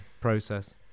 process